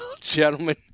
gentlemen